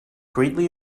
greatly